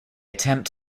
attempt